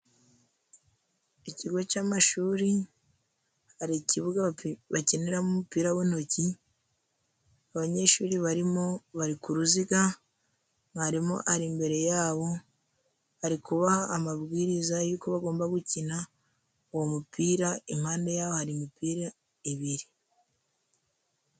Ikigo cy'amashuri hari ikibuga bakiniramo umupira w'intoki, abanyeshuri bari mo bari ku ruziga, mwarimu ari imbere yabo ari kubaha amabwiriza y'uko bagomba gukina uwo mupira, impande yaho hari imipira ibiri.